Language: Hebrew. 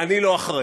"אני לא אחראי";